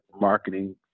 marketing